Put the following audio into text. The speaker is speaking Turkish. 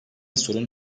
sorun